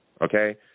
Okay